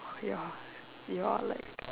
oh ya you all like